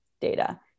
data